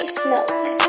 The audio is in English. smoke